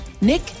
Nick